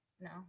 No